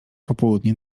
popołudnie